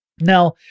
Now